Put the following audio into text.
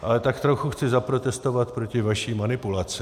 Ale tak trochu chci zaprotestovat proti vaší manipulaci.